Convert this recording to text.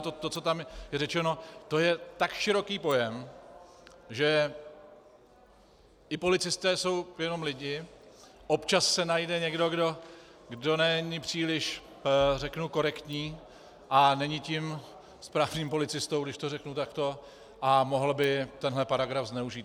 To, co tam je řečeno, je tak široký pojem, že i policisté jsou jenom lidi, občas se najde někdo, kdo není příliš, řeknu, korektní a není tím správným policistou, když to řeknu takto, a mohl by tenhle paragraf zneužít.